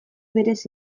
berez